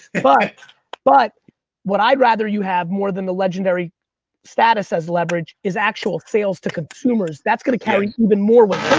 but but what i'd rather you have, more than the legendary status as leverage, is actual sales to consumers. that's gonna carry even more weight.